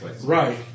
Right